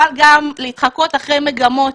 אבל גם להתחקות אחרי מגמות,